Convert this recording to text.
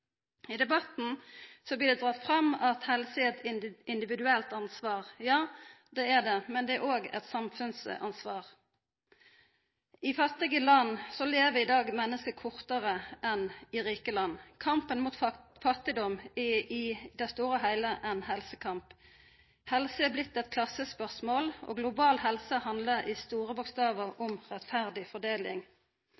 I debatten blir det trekt fram at helse er eit individuelt ansvar. Ja, det er det, men det er òg eit samfunnsansvar. I fattige land lever i dag menneske kortare enn i rike land. Kampen mot fattigdom er i det store og heile ein helsekamp. Helse er blitt eit klassespørsmål, og global helse handlar i store bokstavar